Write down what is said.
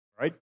right